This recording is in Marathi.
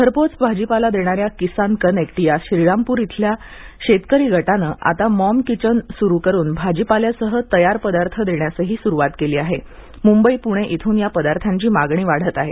घरपोच भाजीपाला देणाऱ्या किसान कनेक्ट या श्रीरामपूर येथील शेतकरी गटाने आता मॉम किचन सुरू करून भाजीपाल्यासह तयार पदार्थ देण्यास सुरुवात केली असून मुंबई पुणे येथून या पदार्थांची मागणी वाढत आहे